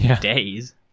Days